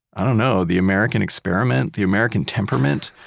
i don't know, the american experiment? the american temperament?